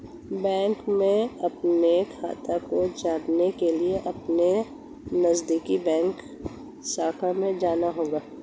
bank में अपने खाते की जांच के लिए अपको नजदीकी बैंक शाखा में जाना होगा